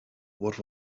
what